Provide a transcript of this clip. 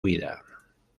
vida